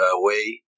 away